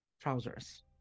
trousers